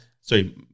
Sorry